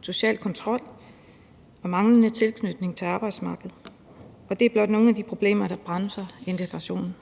social kontrol og manglende tilknytning til arbejdsmarkedet. Det er blot nogle af de problemer, der bremser integrationen.